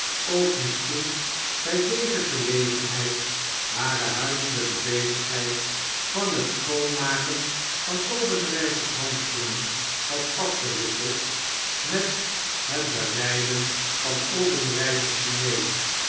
ook misschien bj deze gelegenheid hare huiselpe bezigheidvan het schoonmaken van obenreizer's handschoenen had afgewisseld met het bereiden van obenreizer's diner